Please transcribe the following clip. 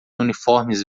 uniformes